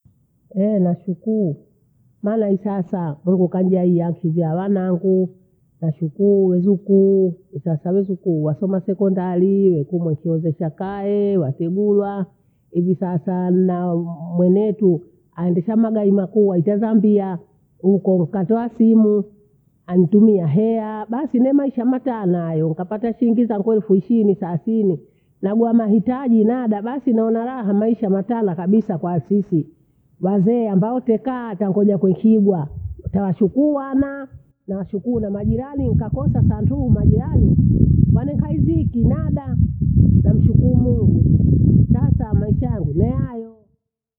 Epee, na sikukuu, maana hii sasa Mungu kanijalia fijia wanagu, wachukuu, wethukuu. Ukasaizi kuwa wasoma sekondalii huku mwekeo veo chakae watugua. Hivi sasa nna mwanetu anaendesha magari makubwa nchi ya Zambia. Huko nkate wasimu anitumia hela basi nimeisha matana hayoo, nkapa shingi zangu eflu ishini saasini nagoa mahitaji nada basi nona raha maisha matana kabisa kwa sisi wazee ambao tangoja techingwaa. Ntawachukuu wana, nawashukuru namajirani, nikakosa santuru majirani waneka iziki nada wamshukuru mungu. Sasa maisha yangu ni hayo.